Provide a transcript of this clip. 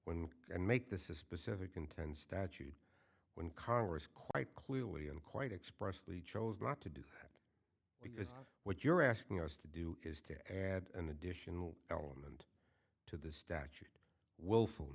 when i make this a specific content statute when congress quite clearly and quite expressly chose not to do because what you're asking us to do is to add an additional element to the statute will